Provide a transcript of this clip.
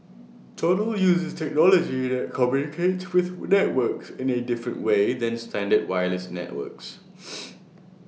total uses technology that communicates with networks in A different way than standard wireless networks